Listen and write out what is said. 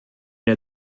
der